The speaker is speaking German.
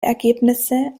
ergebnisse